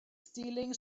stealing